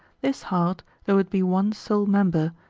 this heart, though it be one sole member,